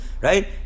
right